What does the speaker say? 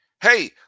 Hey